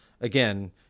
Again